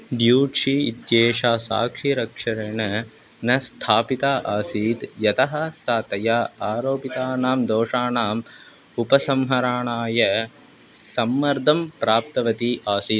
Deutsch इत्येषा साक्षिरक्षरेण न स्थापिता आसीत् यतः सा तया आरोपितानां दोषाणाम् उपसंहरणाय सम्मर्दं प्राप्तवती आसीत्